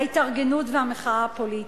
ההתארגנות והמחאה הפוליטית.